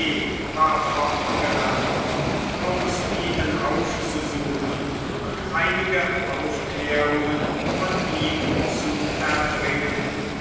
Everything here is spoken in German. war fortgerannt augustinen aufzusuchen und einige aufklärungen von ihm zu erdringen